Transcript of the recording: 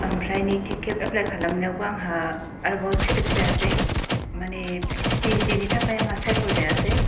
आमफ्राय नैथि खेब एफ्लाइ खालामनायआव बो आंहा आरोबाव सेलेक जायासै मानि पि ओइस डि नि थाखाय आंहा सायख' जायासै